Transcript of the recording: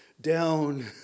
down